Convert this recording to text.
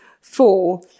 four